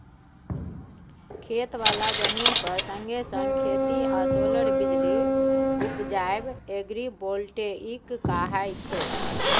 खेत बला जमीन पर संगे संग खेती आ सोलर बिजली उपजाएब एग्रीबोल्टेइक कहाय छै